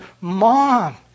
mom